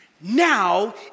Now